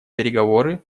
переговоры